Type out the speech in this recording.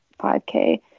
5k